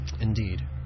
Indeed